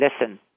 Listen